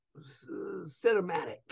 cinematic